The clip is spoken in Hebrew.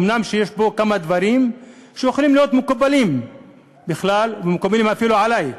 אומנם יש בו כמה דברים שיכולים להיות מקובלים בכלל ומקובלים אפילו עלי.